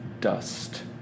dust